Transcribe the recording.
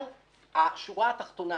אבל השורה התחתונה: